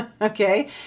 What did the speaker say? okay